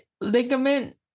ligament